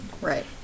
Right